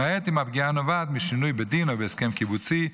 למעט אם הפגיעה נובעת משינוי בדין או בהסכם קיבוצי,